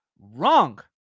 wrong